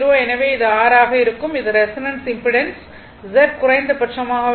எனவே இது R ஆக இருக்கும் இது ரெசோனன்ஸ் இம்பிடன்ஸ் Z குறைந்தபட்சமாக இருக்கும்